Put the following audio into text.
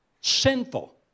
sinful